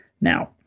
Now